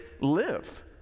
live